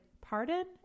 Pardon